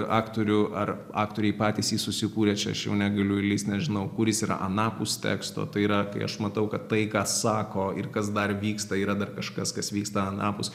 aktorių ar aktoriai patys ji susikūrė čia aš jau negaliu įlyst nežinau kur jis yra anapus teksto tai yra kai aš matau kad tai ką sako ir kas dar vyksta yra dar kažkas kas vyksta anapus